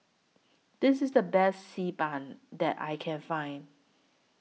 This IS The Best Xi Ban that I Can Find